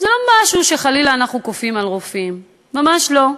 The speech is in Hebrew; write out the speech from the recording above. זה לא משהו שאנחנו חלילה כופים על רופאים, ממש לא.